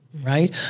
right